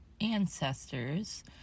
ancestors